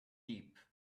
deep